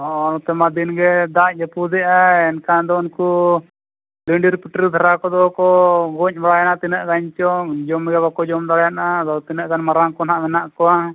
ᱦᱮᱸ ᱱᱚᱛᱮ ᱢᱟ ᱫᱤᱱ ᱜᱮ ᱫᱟᱜ ᱡᱟᱹᱯᱩᱫᱮᱜ ᱟᱭ ᱮᱱᱠᱷᱟᱱ ᱫᱚ ᱩᱱᱠᱩ ᱞᱤᱰᱤᱨ ᱯᱤᱴᱤᱨ ᱫᱷᱟᱨᱟ ᱠᱚᱫᱚ ᱠᱚ ᱜᱚᱡ ᱵᱟᱲᱟᱭᱮᱱᱟ ᱛᱤᱱᱟᱹᱜ ᱜᱟᱱ ᱪᱚᱝ ᱡᱚᱢ ᱨᱮ ᱵᱟᱠᱚ ᱡᱚᱢ ᱫᱟᱲᱮᱭᱟᱫᱼᱟ ᱟᱫᱚ ᱛᱤᱱᱟᱹᱜ ᱜᱟᱱ ᱢᱟᱨᱟᱝ ᱠᱚ ᱦᱟᱸᱜ ᱢᱮᱱᱟᱜ ᱠᱚᱣᱟ